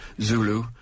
Zulu